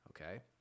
okay